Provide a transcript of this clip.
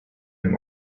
him